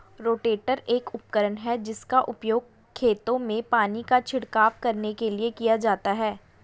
rotator एक उपकरण है जिसका उपयोग खेतों में पानी का छिड़काव करने के लिए किया जाता है